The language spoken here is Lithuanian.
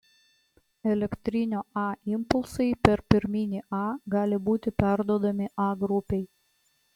elektrinio a impulsai per pirminį a gali būti perduodami a grupei